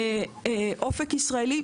"אופק ישראלי".